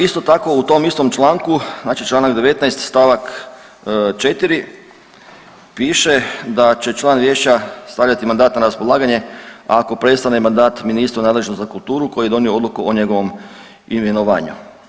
Isto tako, u tom istom članku, znači čl. 19 st. 4 piše da će član vijeća stavljati mandat na raspolaganje ako prestane mandat ministru nadležnom za kulturu koji je donio odluku o njegovom imenovanju.